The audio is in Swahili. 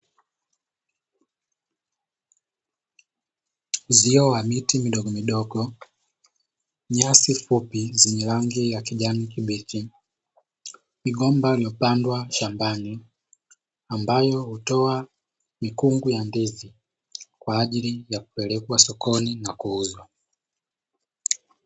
Uzio wa miti midogomidogo nyasi fupi zenye rangi ya kijani kibichi migomba imepandwa shambani, ambayo hutoa mikungu ya ndizi kwa ajili ya kupelekwa sokoni na kuuzwa.